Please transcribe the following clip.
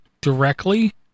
directly